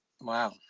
Wow